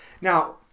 Now